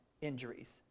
injuries